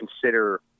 consider